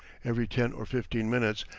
every ten or fifteen minutes,